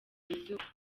izuba